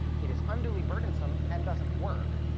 it is unduly burdensome and doesn't work.